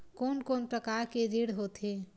कोन कोन प्रकार के ऋण होथे?